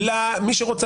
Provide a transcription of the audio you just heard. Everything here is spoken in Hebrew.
לכן לא צריך להתייחס